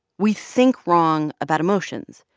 we think wrong about emotions,